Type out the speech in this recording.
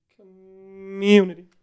Community